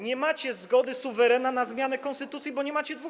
Nie macie zgody suwerena na zmianę konstytucji, bo nie macie 2/3.